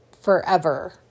forever